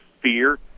fear